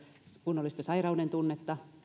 kunnollista sairaudentunnetta